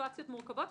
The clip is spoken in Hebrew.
מסיטואציות מורכבות,